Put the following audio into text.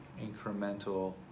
incremental